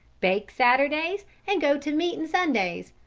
bake saturdays, and go to meetin' sundays.